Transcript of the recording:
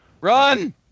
Run